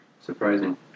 surprising